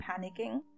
panicking